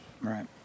Right